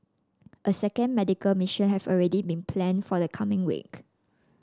a second medical mission has already been planned for the coming week